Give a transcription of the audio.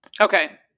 Okay